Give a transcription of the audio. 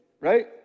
right